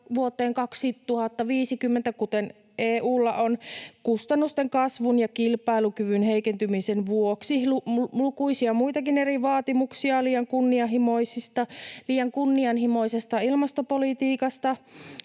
vuoteen 2050 kuten EU:lla on. Kustannusten kasvun ja kilpailukyvyn heikentymisen vuoksi lukuisia muitakin eri vaatimuksia liian kunnianhimoisesta ilmastopolitiikasta